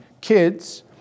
kids